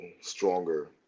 stronger